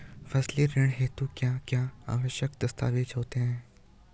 फसली ऋण हेतु क्या क्या आवश्यक दस्तावेज़ होते हैं?